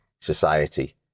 society